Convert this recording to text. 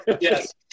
Yes